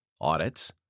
audits